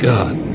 God